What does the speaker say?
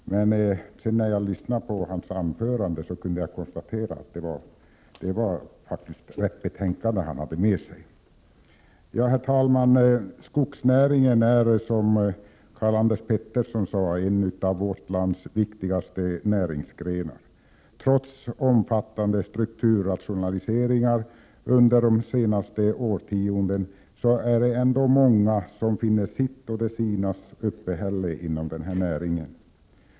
Men när jag sedan lyssnade på hans anförande kunde jag konstatera att det faktiskt var rätt ärende han talade om. Herr talman! Skogsnäringen är, som Karl-Anders Petersson sade, en av vårt lands viktigaste näringsgrenar. Trots omfattande strukturrationaliseringar under de senaste årtiondena är det fortfarande många som finner sitt och de sinas uppehälle inom den näringen.